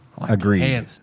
Agreed